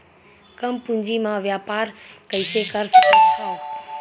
कम पूंजी म व्यापार कइसे कर सकत हव?